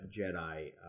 Jedi